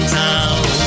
town